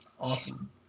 Awesome